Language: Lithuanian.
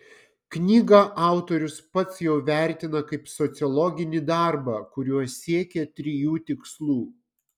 knygą autorius pats jau vertina kaip sociologinį darbą kuriuo siekė trijų tikslų